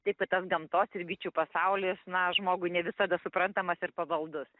taip kad tas gamtos ir bičių pasaulis na žmogui ne visada suprantamas ir pavaldus